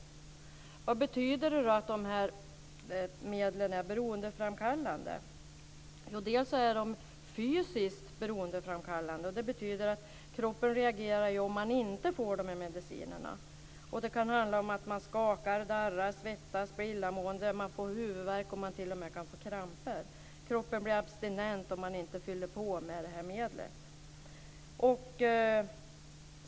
Vad betyder det då att dessa medel är beroendeframkallande? Jo, de är fysiskt beroendeframkallande, vilket betyder att kroppen reagerar om den inte får dessa mediciner. Det kan handla om att man skakar, darrar, svettas, blir illamående, får huvudvärk och att man t.o.m. kan få kramper. Kroppen blir abstinent om den inte fylls på med detta medel.